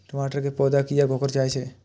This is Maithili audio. टमाटर के पौधा किया घुकर जायछे?